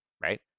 right